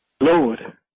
Lord